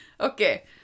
Okay